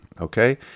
okay